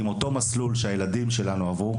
אותו מסלול שהילדים שלנו עברו